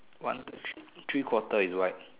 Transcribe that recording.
one two three three quarter is white